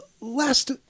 last